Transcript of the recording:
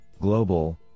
global